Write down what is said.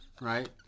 Right